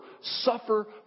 suffer